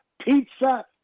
pizza